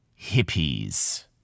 hippies